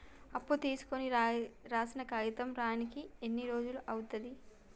అప్పు తీసుకోనికి రాసిన కాగితం రానీకి ఎన్ని రోజులు అవుతది?